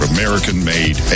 American-made